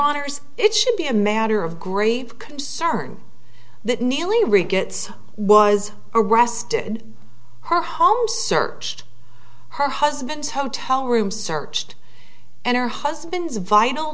honour's it should be a matter of grave concern that neely rickets was arrested her home searched her husband's hotel room searched and her husband's vi